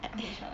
eh okay shut up